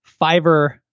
Fiverr